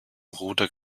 ruder